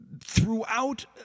throughout